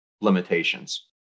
limitations